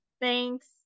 Thanks